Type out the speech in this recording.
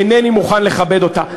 אינני מוכן לכבד אותה.